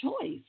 choice